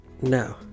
No